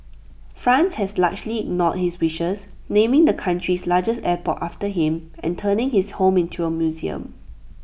France has largely ignored his wishes naming the country's largest airport after him and turning his home into A museum